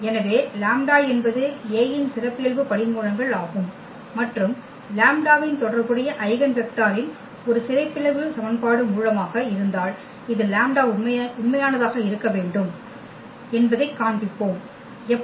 எனவே λ என்பது A சிறப்பியல்பு படிமூலங்கள் ஆகும் மற்றும் லாம்ப்டாவின் தொடர்புடைய ஐகென் வெக்டரின் ஒரு சிறப்பியல்பு மூலமாக இருந்தால் இது λ உண்மையானதாக இருக்க வேண்டும் என்பதைக் காண்பிப்போம் எப்படி